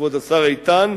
כבוד השר איתן,